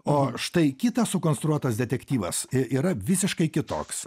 o štai kitas sukonstruotas detektyvas yra visiškai kitoks